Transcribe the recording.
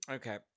Okay